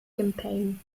campaign